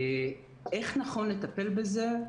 אנחנו משאירים לממשלה להחליט איך נכון לטפל בזה,